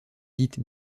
dite